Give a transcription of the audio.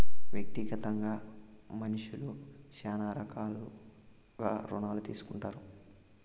వ్యక్తిగతంగా మనుష్యులు శ్యానా రకాలుగా రుణాలు తీసుకుంటారు